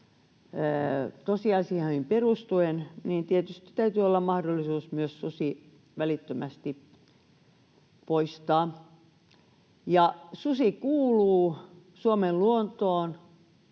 tosiasioihin perustuen, niin tietysti täytyy olla mahdollisuus myös susi välittömästi poistaa. Susi kuuluu Suomen luontoon,